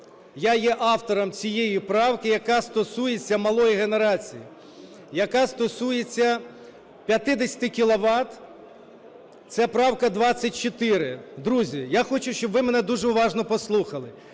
я є автором цієї правки, яка стосується малої генерації, яка стосується 50 кіловат, це правка 24. Друзі, я хочу, щоб ви мене дуже уважно послухали,